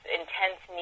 intense